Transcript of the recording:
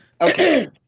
Okay